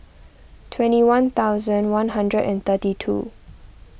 twenty one thousand one hundred and thirty two